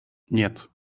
нет